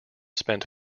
spent